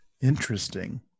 Interesting